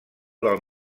del